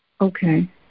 Okay